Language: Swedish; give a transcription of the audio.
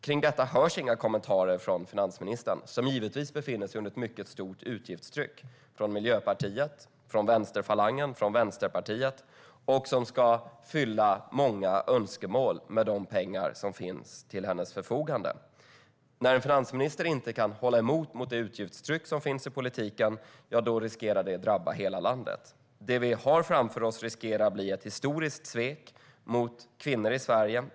Om detta hörs inga kommentarer från finansministern, som givetvis befinner sig under ett mycket stort utgiftstryck från Miljöpartiet, från den socialdemokratiska vänsterfalangen och från Vänsterpartiet. Hon ska uppfylla många önskemål med de pengar hon har till sitt förfogande. När en finansminister inte kan hålla emot det utgiftstryck som finns i politiken riskerar det att drabba hela landet. Det vi har framför oss riskerar att bli ett historiskt svek mot kvinnor i Sverige.